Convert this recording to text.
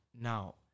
now